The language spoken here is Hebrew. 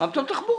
מה פתאום תחבורה?